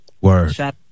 Word